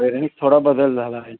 वैरणीत थोडा बदल झाला आहे